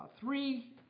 three